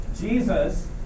Jesus